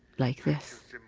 like this.